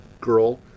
girl